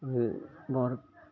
এই বৰ